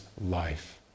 life